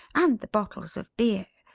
and the bottles of beer.